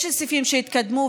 יש סעיפים שהתקדמו,